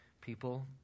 people